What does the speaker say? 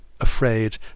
afraid